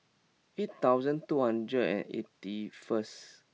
eight thousand two hundred and eighty first